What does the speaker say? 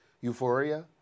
euphoria